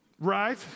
right